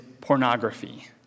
pornography